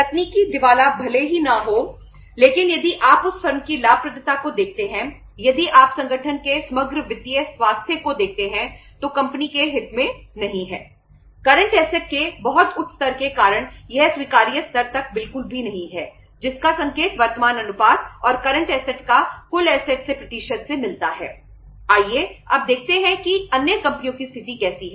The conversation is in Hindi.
तकनीकी दिवाला भले ही न हो लेकिन यदि आप उस फर्म की लाभप्रदता को देखते हैं यदि आप संगठन के समग्र वित्तीय स्वास्थ्य को देखते हैं जो कंपनी के हित में नहीं है